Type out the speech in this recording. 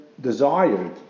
desired